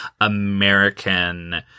American